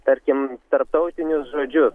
tarkim tarptautinius žodžius